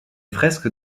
fresques